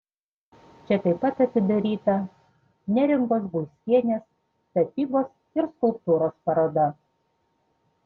čia taip pat atidaryta neringos guiskienės tapybos ir skulptūros paroda